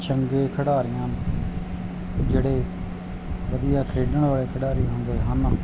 ਚੰਗੇ ਖਿਡਾਰੀਆਂ ਜਿਹੜੇ ਵਧੀਆ ਖੇਡਣ ਵਾਲੇ ਖਿਡਾਰੀ ਹੁੰਦੇ ਹਨ